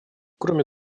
кроме